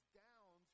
downs